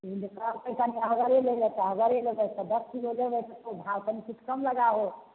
दश किलो लेबै तऽ तो भाव कनी किछु कम लगाहो